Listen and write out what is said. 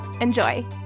Enjoy